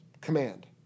command